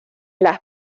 las